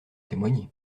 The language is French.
témoigner